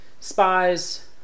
spies